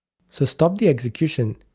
so stop the execution,